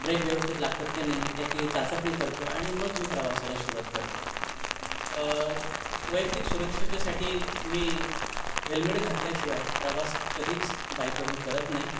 break व्यवस्थित लागतात की नाही याची चाचपणी करतो आणि मग मी प्रवासाला सुरुवात करतो वैयक्तिक सुरक्षितेसाठी मी हेल्मेट घातल्याशिवाय प्रवास कधीच बायकवरून करत नाही